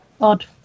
odd